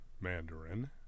Mandarin